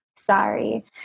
Sorry